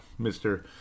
Mr